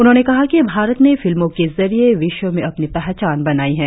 उन्होंने कहा कि भारत ने फिल्मों के जरिए विश्व में अपनी पहचान बनाई है